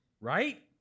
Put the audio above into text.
right